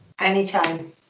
anytime